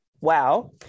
wow